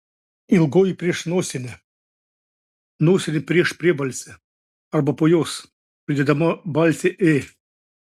ilgoji prieš nosinę nosinė prieš priebalsę arba po jos pridedama balsė ė